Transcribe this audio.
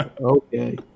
Okay